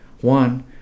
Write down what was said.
One